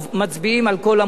אם יש הרבה מועמדים,